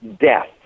death